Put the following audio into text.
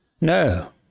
No